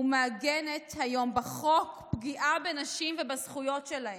ומעגנת היום בחוק פגיעה בנשים ובזכויות שלהן,